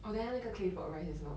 oh then 那个 claypot rice 也是 not bad